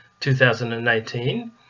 2018